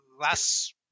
last